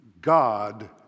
God